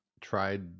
tried